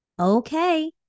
Okay